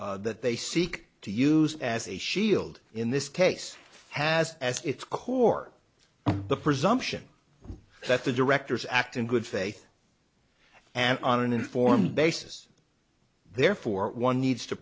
that they seek to use as a shield in this case has as its core the presumption that the directors act in good faith and on an informal basis therefore one needs to